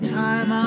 time